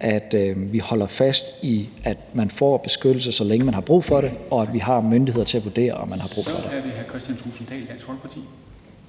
at vi holder fast i, at man får beskyttelse, så længe man har brug for det, og at vi har myndigheder til at vurdere, om man har brug for det. Kl. 13:19 Formanden (Henrik